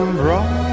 bright